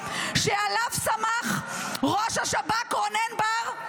שעליו סמך ראש השב"כ רונן בר,